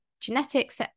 genetics